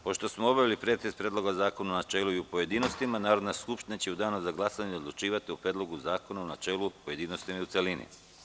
Pošto smo obavili pretres Predloga zakona u načelu i u pojedinostima Narodna skupština će u danu za glasanje odlučivati o Predlogu zakona u načelu, u pojedinostima i u celini.